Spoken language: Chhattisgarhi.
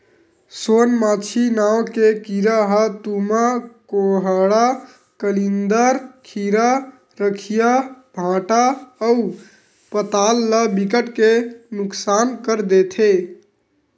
सोन मांछी नांव के कीरा ह तुमा, कोहड़ा, कलिंदर, खीरा, रखिया, भांटा अउ पताल ल बिकट के नुकसान कर देथे